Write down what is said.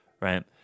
right